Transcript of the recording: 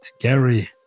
Gary